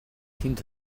тэнд